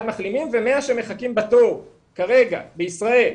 מחלימים ו-100 שמחכים בתור כרגע בישראל.